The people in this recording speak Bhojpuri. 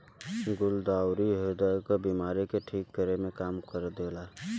गुलदाउदी ह्रदय क बिमारी के ठीक करे में काम देला